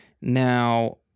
Now